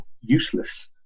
useless